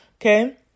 Okay